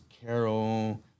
Carol